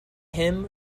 him